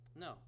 No